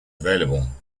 available